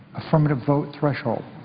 affirmative vote threshold,